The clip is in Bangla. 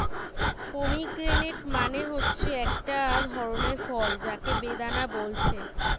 পমিগ্রেনেট মানে হচ্ছে একটা ধরণের ফল যাকে বেদানা বলছে